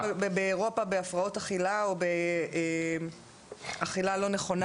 באירופה בהפרעות אכילה, או באכילה לא נכונה.